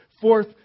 Fourth